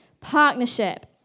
Partnership